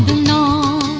no